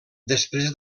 després